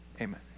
Amen